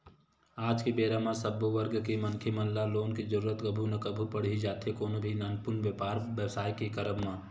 आज के बेरा म सब्बो वर्ग के मनखे मन ल लोन के जरुरत कभू ना कभू पड़ ही जाथे कोनो भी नानमुन बेपार बेवसाय के करब म